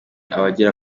abagera